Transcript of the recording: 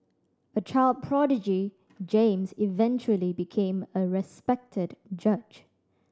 a child prodigy James eventually became a respected judge